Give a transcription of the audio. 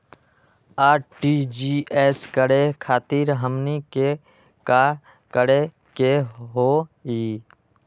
RTGS करे खातीर हमनी के का करे के हो ई?